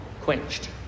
quenched